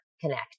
connect